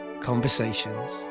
conversations